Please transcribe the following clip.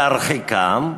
להרחיקם,